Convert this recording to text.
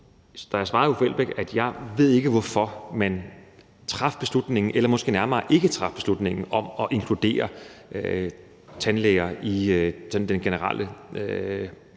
Jeg svarede hr. Uffe Elbæk, at jeg ikke ved, hvorfor man traf beslutningen eller måske nærmere ikke traf beslutningen om at inkludere tandlæger i den generelle